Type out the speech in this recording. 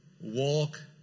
walk